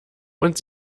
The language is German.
und